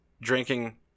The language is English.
drinking